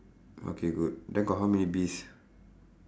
okay good then got how many bees